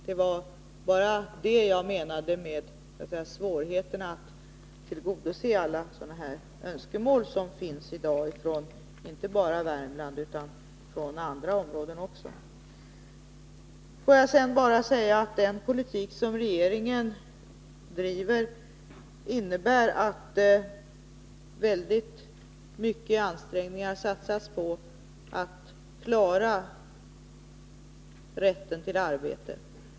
Det var bara det jag menade med svårigheten att tillgodose alla sådana här önskemål som förs fram i dag, inte bara från Värmland utan också från andra områden. Får jag sedan bara säga att den politik som regeringen driver innebär att utomordentligt många ansträngningar satsas på rätten till arbete.